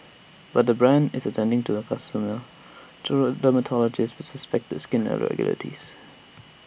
but the brand is attending to A consumer through A dermatologist with suspected skin irregularities